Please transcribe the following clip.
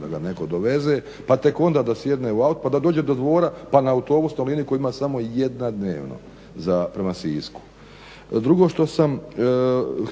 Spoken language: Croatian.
da ga netko doveze pa tek onda da sjedne u auto pa da dođe do Dvora pa na autobus na liniju koja ima samo jedna dnevno prema Sisku. Drugo što sam